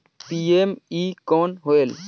PME कौन होयल?